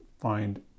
find